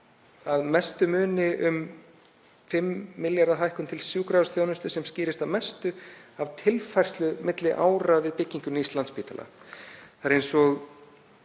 að mestu muni um 5 milljarða hækkun til sjúkrahúsþjónustu sem skýrist að mestu af tilfærslu milli ára við byggingu nýs Landspítala. Það er eins og